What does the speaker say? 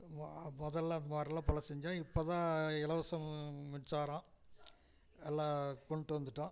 மொ முதல்ல அந்த மாதிரிலாம் பல செஞ்சோம் இப்போ தான் இலவசம் மின்சாரம் எல்லாம் கொண்டுட்டு வந்துவிட்டோம்